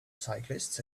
cyclists